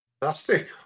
Fantastic